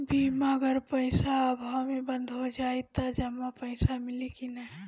बीमा अगर पइसा अभाव में बंद हो जाई त जमा पइसा मिली कि न?